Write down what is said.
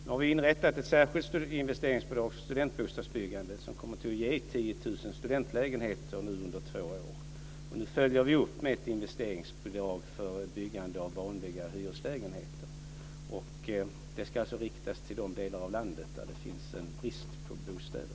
Nu har vi inrättat ett särskilt investeringsbidrag för studentbostadsbyggande som kommer att ge 10 000 studentlägenheter under två år. Nu följer vi upp med ett investeringsbidrag för byggande av vanliga hyreslägenheter. Det ska alltså riktas till de delar av landet där det finns en brist på bostäder.